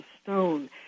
stone